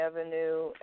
Avenue